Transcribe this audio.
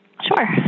Sure